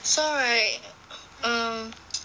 sorry um